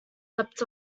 leapt